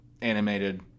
animated